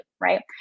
right